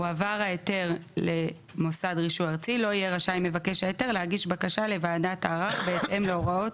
והכווה כאן היא לא בהכרח אותה הגדרה ששם.